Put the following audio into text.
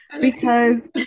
because-